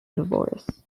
divorce